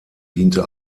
diente